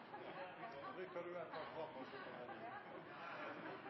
vi kan være